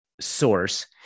source